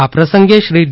આ પ્રસંગે શ્રી ડી